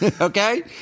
okay